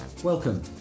Welcome